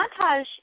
montage